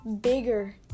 bigger